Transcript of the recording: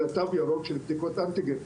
אלא תו ירוק של בדיקות אנטיגן.